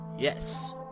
Yes